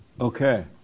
Okay